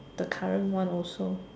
the current one also